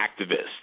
activists